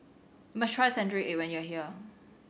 must try century egg when you are here